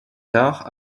tard